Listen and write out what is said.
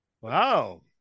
Wow